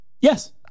Yes